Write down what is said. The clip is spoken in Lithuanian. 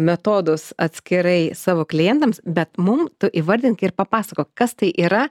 metodus atskirai savo klientams bet mum tu įvardink ir papasakok kas tai yra